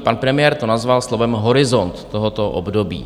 Pan premiér to nazval slovem horizont tohoto období.